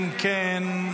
אם כן,